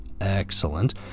excellent